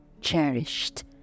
cherished